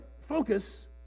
focus